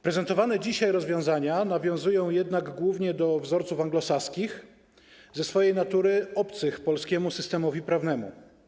Prezentowane dzisiaj rozwiązania nawiązują jednak głównie do wzorców anglosaskich, ze swojej natury obcych polskiemu systemowi prawnemu.